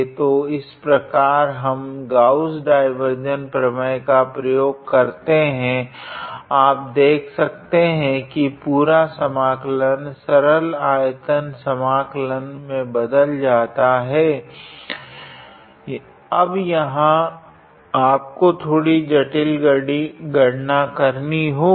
तो इस प्रकार हम गॉस डाइवार्जेंस प्रमेय का प्रयोग करते है आप देख सकते है की पूरा समाकलन सरल आयतन समाकलन में बदल जाता है अब यहाँ आपको थोड़ी जटिल गणना करनी होगी